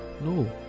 no